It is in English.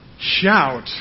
shout